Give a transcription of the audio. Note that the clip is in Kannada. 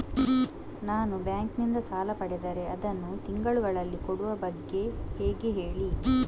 ನಾವು ಬ್ಯಾಂಕ್ ನಿಂದ ಸಾಲ ಪಡೆದರೆ ಅದನ್ನು ತಿಂಗಳುಗಳಲ್ಲಿ ಕೊಡುವ ಬಗ್ಗೆ ಹೇಗೆ ಹೇಳಿ